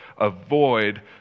avoid